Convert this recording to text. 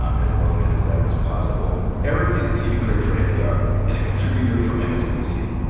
as long as that was possible. eric is a tv critic for npr and a contributor for and msnbc.